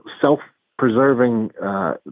self-preserving